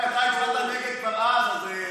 די עם הדמגוגיה הזאת.